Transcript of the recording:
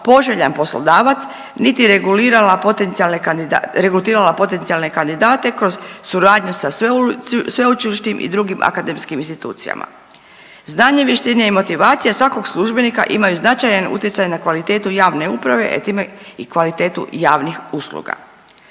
regulirala potencijalne, regrutirala potencijalne kandidate kroz suradnju sa sveučilištem i drugim akademskim institucijama. Znanje, vještine i motivacija svakog službenika imaju značajan utjecaj na kvalitetu javne uprave, e time i kvalitetu javnih usluga.